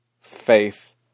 faith